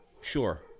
Sure